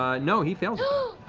ah no, he fails it.